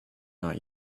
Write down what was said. not